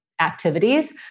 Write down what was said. activities